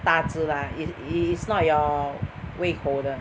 大子 lah is is not your 胃口的